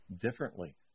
differently